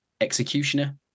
executioner